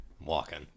walking